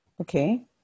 Okay